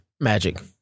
Magic